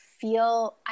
feel